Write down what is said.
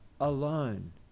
alone